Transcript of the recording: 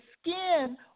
skin